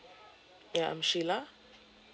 ya I'm sheila